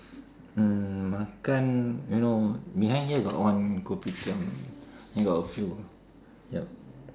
mm makan you know behind here got one kopitiam got a few yup